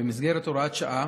במסגרת הוראת שעה,